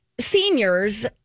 seniors